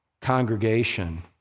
congregation